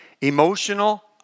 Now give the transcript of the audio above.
emotional